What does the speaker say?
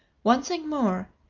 one thing more.